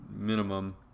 minimum